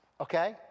okay